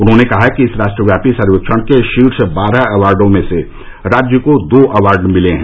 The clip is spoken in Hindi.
उन्होंने कहा कि इस राष्ट्रव्यापी सर्वेक्षण के शीर्ष बारह अवॉर्डो में से राज्य को दो अवॉर्ड मिले हैं